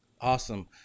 Awesome